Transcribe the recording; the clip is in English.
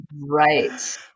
right